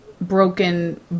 broken